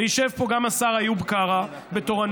ויישב פה גם השר איוב קרא בתורנות,